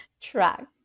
track